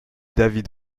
david